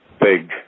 big